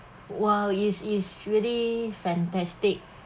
!wow! is is really fantastic